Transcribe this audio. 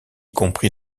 compris